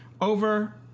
over